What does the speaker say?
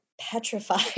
petrified